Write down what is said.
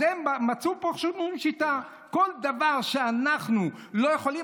אז הם מצאו מין שיטה: כל דבר שאנחנו לא יכולים,